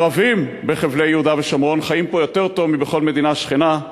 הערבים בחבלי יהודה ושומרון חיים פה יותר טוב מבכל מדינה שכנה.